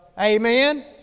Amen